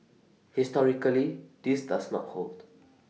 historically this does not hold